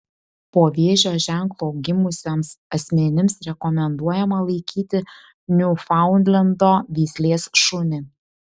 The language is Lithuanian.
po vėžio ženklu gimusiems asmenims rekomenduojama laikyti niufaundlendo veislės šunį